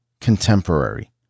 contemporary